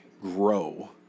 grow